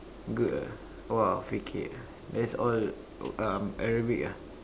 good ah orh fake it that's all um Arabic ah